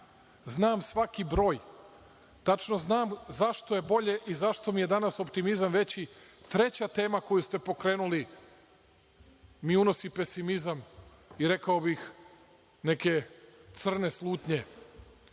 Znam svaki broj. Tačno znam zašto je bolje i zašto mi je danas optimizam veći. Treća tema koju ste pokrenuli mi unosi pesimizam i rekao bih neke crne slutnje,